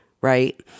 right